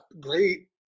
great